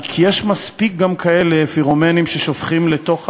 כי יש גם מספיק כאלה פירומנים ששופכים לתוך